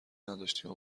نداشتیم